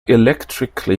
electrically